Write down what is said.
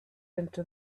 into